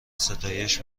ستایش